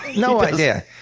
no idea.